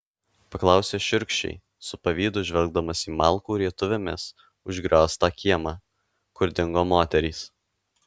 paklausė šiurkščiai su pavydu žvelgdamas į malkų rietuvėmis užgrioztą kiemą kur dingo moterys